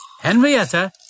Henrietta